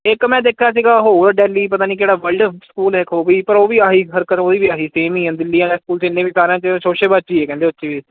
ਇੱਕ ਮੈਂ ਦੇਖਿਆ ਸੀਗਾ ਹੋਰ ਡੈਲੀ ਪਤਾ ਨਹੀਂ ਕਿਹੜਾ ਵਰਲਡ ਸਕੂਲ ਹੈ ਉਹ ਵੀ ਪਰ ਉਹ ਵੀ ਆਹੀ ਹਰਕਤ ਉਹਦੀ ਵੀ ਆਹੀ ਸੇਮ ਹੀ ਆ ਦਿੱਲੀ ਵਾਲੇ ਸਕੂਲ ਜਿੰਨੇ ਵੀ ਸਾਰਿਆਂ 'ਚ ਸ਼ੋਸ਼ੇਬਾਜ਼ੀ ਹੈ ਕਹਿੰਦੇ ਉਸ 'ਚ ਵੀ